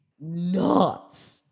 nuts